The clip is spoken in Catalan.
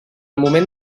moment